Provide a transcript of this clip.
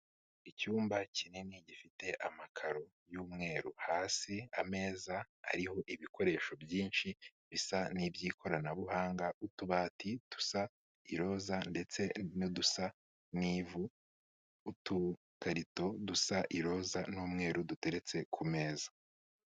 Icyumba kinini gifite amakaro y'umweru, hasi ameza hariho ibikoresho byinshi bisa nk'iby'ikoranabuhanga, utubati dusa iroza ndetse n'udusa n'ivu, udukarito dusa iroza n'umweru duteretse ku meza.